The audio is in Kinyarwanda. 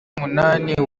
n’umunani